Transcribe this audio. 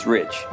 Rich